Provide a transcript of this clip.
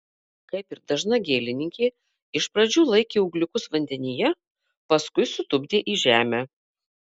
kaip ir dažna gėlininkė iš pradžių laikė ūgliukus vandenyje paskui sutupdė į žemę